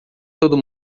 todo